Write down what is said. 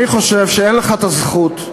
אני חושב שאין לך את הזכות,